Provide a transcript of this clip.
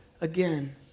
again